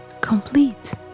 complete